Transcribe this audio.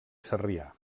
sarrià